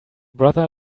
brother